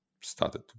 started